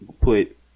put